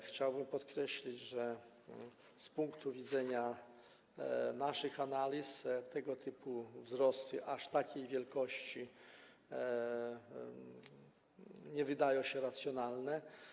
Chciałbym podkreślić, że z punktu widzenia naszych analiz tego typu wzrosty, aż takiej wielkości, nie wydają się racjonalne.